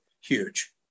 huge